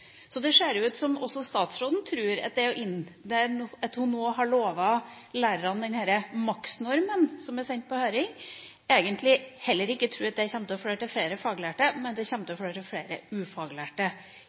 Så det ser ut som om statsråden, som nå har lovet lærerne denne maksnormen som er sendt på høring, egentlig heller ikke tror at den kommer til å føre til flere faglærte i skolen, men at den vil føre til